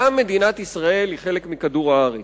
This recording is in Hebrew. גם מדינת ישראל היא חלק מכדור-הארץ.